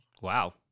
wow